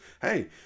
hey